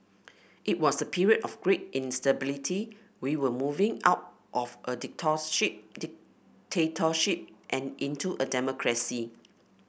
it was a period of great instability we were moving out of a dictatorship dictatorship and into a democracy